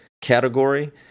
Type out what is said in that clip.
category